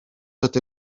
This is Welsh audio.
ydyn